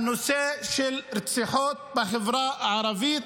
על נושא של רציחות בחברה הערבית.